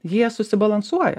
jie susibalansuoja